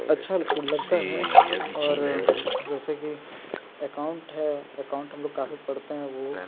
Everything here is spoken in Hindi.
अच्छा तो लगता है और जैसे कि एकाउंट है एकाउंट हम लोग काफ़ी पढ़ते हैं वो